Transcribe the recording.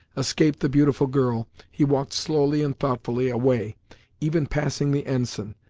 escaped the beautiful girl, he walked slowly and thoughtfully away even passing the ensign,